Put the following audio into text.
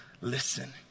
listen